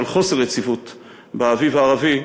של חוסר יציבות ב"אביב הערבי",